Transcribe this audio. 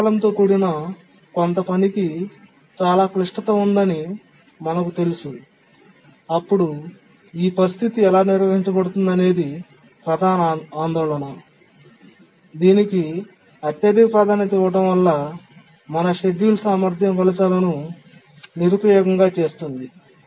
అధిక కాలంతో కూడిన కొంత పనికి చాలా క్లిష్టత ఉందని మనకు తెలుసు అప్పుడు ఈ పరిస్థితి ఎలా నిర్వహించబడుతుందనేది ప్రధాన ఆందోళన దీనికి అత్యధిక ప్రాధాన్యత ఇవ్వడం వల్ల మన షెడ్యూల్ సామర్థ్యం ఫలితాలను నిరుపయోగంగా చేస్తుంది